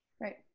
Right